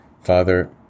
Father